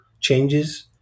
changes